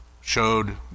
showed